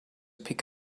pick